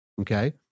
okay